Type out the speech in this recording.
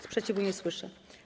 Sprzeciwu nie słyszę.